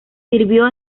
sirvió